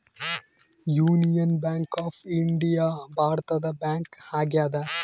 union Bank of India ಭಾರತದ bank ಆಗ್ಯಾದ